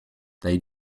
they